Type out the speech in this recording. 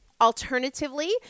Alternatively